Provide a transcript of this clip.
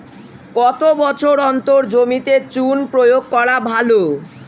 কত বছর অন্তর জমিতে চুন প্রয়োগ করা ভালো?